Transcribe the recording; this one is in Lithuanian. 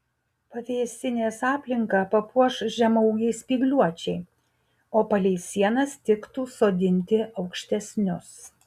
pavėsinės aplinką papuoš žemaūgiai spygliuočiai o palei sienas tiktų sodinti aukštesnius